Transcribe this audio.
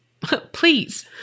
please